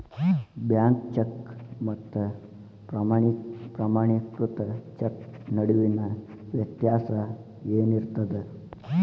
Bank cheque ಮತ್ತ ಪ್ರಮಾಣೇಕೃತ cheque ನಡುವಿನ್ ವ್ಯತ್ಯಾಸ ಏನಿರ್ತದ?